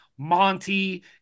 Monty